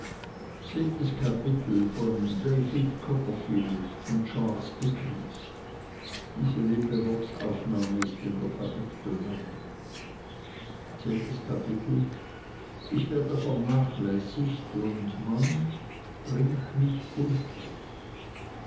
ich werde vernachlässigt und man bringt mich unter